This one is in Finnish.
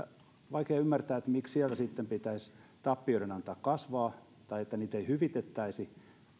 vaikea ymmärtää miksi siellä sitten pitäisi tappioiden antaa kasvaa tai miksi niitä ei hyvitettäisi